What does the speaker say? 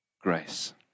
grace